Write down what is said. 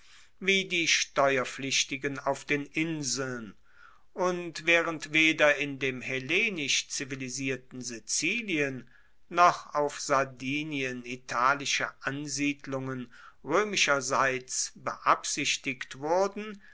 wie die steuerpflichtigen auf den inseln und waehrend weder in dem hellenisch zivilisierten sizilien noch auf sardinien italische ansiedelungen roemischerseits beabsichtigt wurden